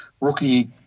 Rookie